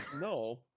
no